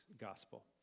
gospel